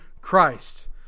Christ